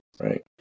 right